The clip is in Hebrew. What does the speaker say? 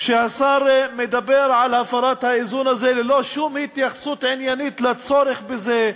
שהשר מדבר על הפרת האיזון הזה ללא שום התייחסות עניינית לצורך בזה,